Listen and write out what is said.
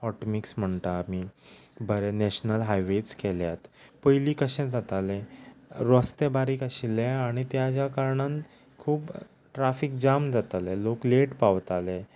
hot mix म्हणटा आमी बरे नॅशनल हायवेच केल्यात पयलीं कशें जातालें रस्ते बारीक आशिल्ले आनी त्याज्या कारणान खूब ट्राफीक जाम जातालें लोक लेट पावताले